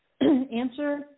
answer